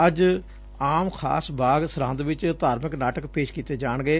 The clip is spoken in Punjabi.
ਅੱਜ ਆਮ ਖਾਸ ਬਾਗ ਸਰਹੰਦ ਚ ਧਾਰਮਿਕ ਨਾਟਕ ਪੇਸ਼ ਕੀਤੇ ਜਾਣਗੇ